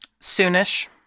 Soonish